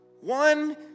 One